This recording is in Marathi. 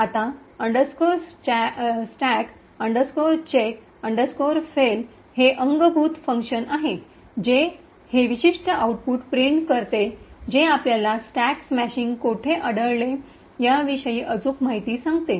आता stack check fail stack chk fail एक अंगभूत built in built in function आहे जे हे विशिष्ट आउटपुट प्रिंट करते जे आपल्याला स्टॅक स्मॅशिंग कोठे आढळले याविषयी अचूक माहिती सांगते